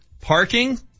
Parking